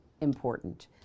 important